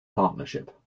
partnership